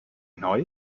neu